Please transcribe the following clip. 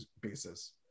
basis